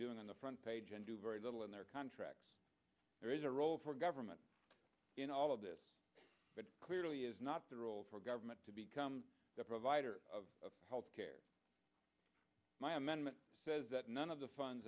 doing on the front page and do very little in their contracts there is a role for government in all of this but clearly is not the role for government to become the provider of health care my amendment says that none of the funds